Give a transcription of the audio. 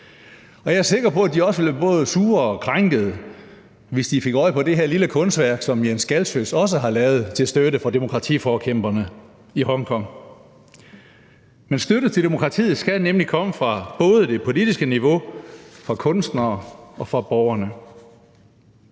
jeg er sikker på, at de også blev både sure og krænkede, hvis de fik øje på det her lille kunstværk, som Jens Galschiøt også har lavet til støtte for demokratiforkæmperne i Hongkong. Støtte til demokratiet skal nemlig komme både fra det politiske niveau, fra kunstnere og fra borgerne.